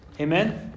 Amen